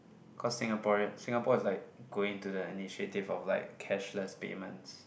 cause Singaporean Singapore is like going to the initiative of like cashless payments